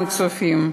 גם הם צופים,